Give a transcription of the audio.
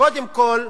קודם כול,